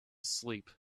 sleep